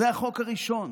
זה החוק הראשון